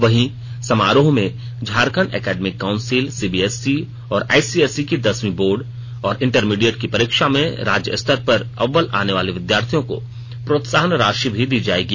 वहीं समारोह में झारखंड एकेडिमक काउंसिल सीबीएसई और आईसीएसई की दसवीं बोर्ड और इंटरमीडिएट की परीक्षा में राज्यस्तर पर अव्वल आनेवाले विद्यार्थियों को प्रोत्साहन राशि भी दी जाएगी